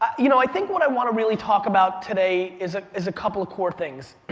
you know i think what i want to really talk about today is ah is a couple of core things.